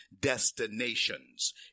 destinations